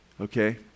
Okay